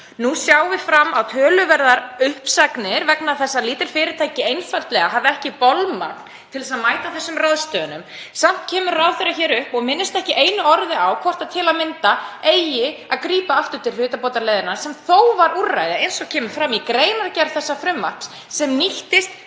Nú sjáum við fram á töluverðar uppsagnir vegna þess að lítil fyrirtæki hafa einfaldlega ekki bolmagn til að mæta þessum ráðstöfunum. Samt kemur ráðherrann hingað upp og minnist ekki einu orði á hvort það eigi til að mynda að grípa aftur til hlutabótaleiðarinnar sem þó var úrræði, eins og kemur fram í greinargerð þessa frumvarps, sem nýttist